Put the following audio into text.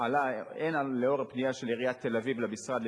עלה הן לאור הפנייה של עיריית תל-אביב למשרד,